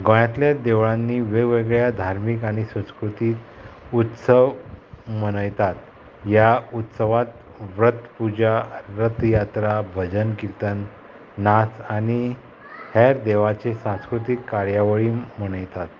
गोंयांतल्या देवळांनी वेगवेगळ्या धार्मीक आनी संस्कृतीक उत्सव मनयतात ह्या उत्सवांत व्रत पुजा रथयात्रा भजन किर्तन नाच आनी हेर देवाचे सांस्कृतीक कार्यावळी मनयतात